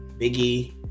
Biggie